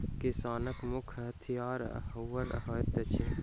किसानक मुख्य हथियार हअर होइत अछि